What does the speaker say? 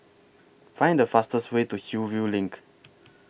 Find The fastest Way to Hillview LINK